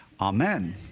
Amen